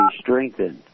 strengthened